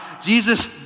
Jesus